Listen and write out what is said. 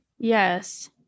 yes